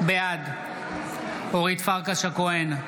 בעד אורית פרקש הכהן,